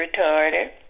retarded